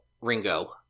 ringo